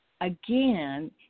again